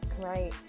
right